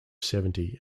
seventy